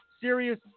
serious